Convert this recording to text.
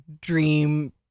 dream